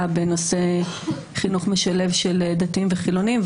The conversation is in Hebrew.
בנושא חינוך משלב של דתיים וחילונים,